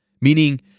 meaning